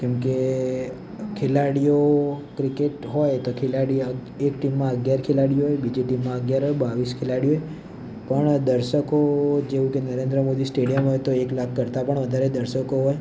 કેમકે ખેલાડીઓ ક્રિકેટ હોય તો ખેલાડી એક ટીમમાં અગિયાર ખેલાડીઓ હોય બીજી ટીમમાં અગિયાર હોય બાવીસ ખેલાડી હોય પણ દર્શકો જેવું કે નરેન્દ્ર મોદી સ્ટેડિયમ હોય તો એક લાખ કરતાં પણ વધારે દર્શકો હોય